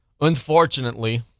Unfortunately